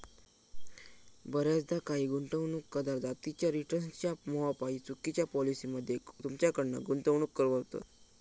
बऱ्याचदा काही गुंतवणूकदार जास्तीच्या रिटर्न्सच्या मोहापायी चुकिच्या पॉलिसी मध्ये तुमच्याकडना गुंतवणूक करवतत